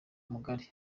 mugari